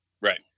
Right